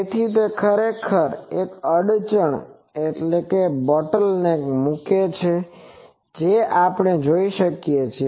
તેથી તે ખરેખર એક અડચણ મૂકે છે જે આપણે જોઈ શકીએ છીએ